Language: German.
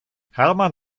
hermann